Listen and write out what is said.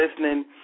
listening